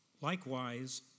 Likewise